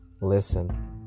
listen